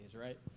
right